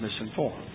misinformed